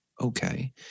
Okay